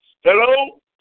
Hello